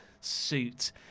suit